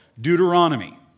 Deuteronomy